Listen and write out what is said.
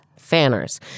fanners